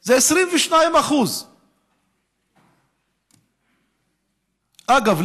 זה 22%. אגב,